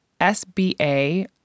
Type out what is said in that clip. SBA